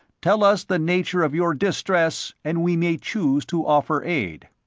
tell us the nature of your distress and we may choose to offer aid.